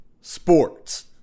sports